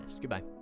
Goodbye